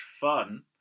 fun